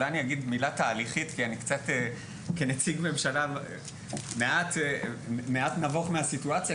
אולי אני אגיד מילה תהליכית כנציג ממשלה מעט נבוך מהסיטואציה,